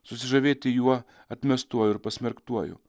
susižavėti juo atmestuoju ir pasmerktuoju